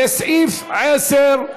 לסעיף 10,